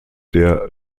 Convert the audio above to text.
der